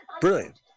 Brilliant